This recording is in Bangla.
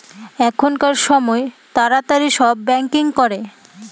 এখনকার সময় তাড়াতাড়ি সব ব্যাঙ্কিং করে